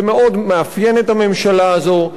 זה מאוד מאפיין את הממשלה הזו.